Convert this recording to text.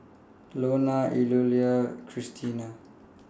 Lonna Eulalia and Christena